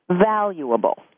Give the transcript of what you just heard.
valuable